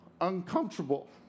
uncomfortable